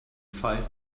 five